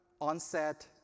onset